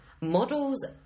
models